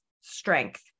strength